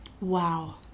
Wow